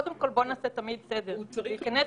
בדיון הקודם שאלו אם אנחנו יכולים להכניס